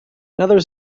another